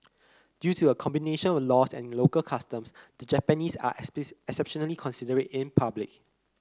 due to a combination of laws and local customs the Japanese are exceptionally considerate in public